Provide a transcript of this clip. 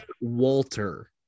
Walter